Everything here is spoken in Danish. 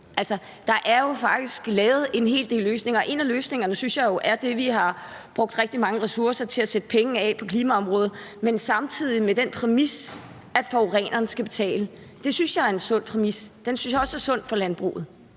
der er jo faktisk lavet en hel del løsninger. En af løsningerne synes jeg er det, at vi har sat rigtig mange penge af til klimaområdet, men samtidig på den præmis, at forureneren skal betale. Det synes jeg er en sund præmis; den synes jeg også er sund for landbruget.